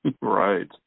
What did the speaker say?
Right